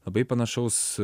labai panašaus